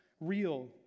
real